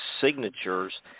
signatures